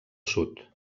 sud